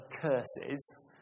curses